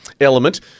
element